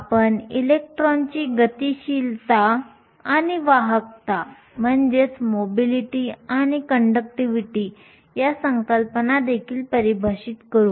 आपण इलेक्ट्रॉनची गतिशीलता आणि वाहकता या संकल्पना देखील परिभाषित करू